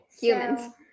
Humans